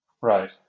Right